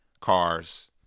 cars